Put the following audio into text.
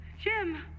Jim